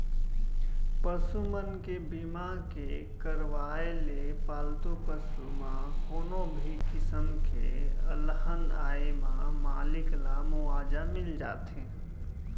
पसु मन के बीमा के करवाय ले पालतू पसु म कोनो भी किसम के अलहन आए म मालिक ल मुवाजा मिल जाथे